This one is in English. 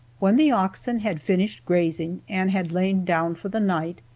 when the oxen had finished grazing and had lain down for the night,